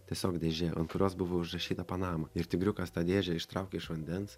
tiesiog dėžė ant kurios buvo užrašyta panama ir tigriukas tą dėžę ištraukė iš vandens